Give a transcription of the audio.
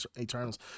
Eternals